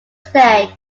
stay